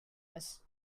this